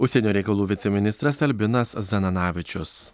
užsienio reikalų viceministras albinas zananavičius